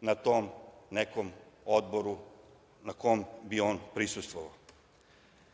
na tom nekom odboru na kom bi on prisustvovao. Još